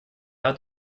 hat